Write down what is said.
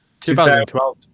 2012